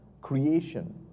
creation